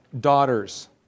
daughters